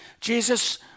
Jesus